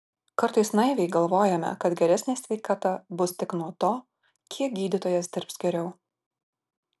kartais naiviai galvojame kad geresnė sveikata bus tik nuo to kiek gydytojas dirbs geriau